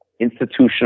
institutional